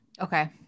Okay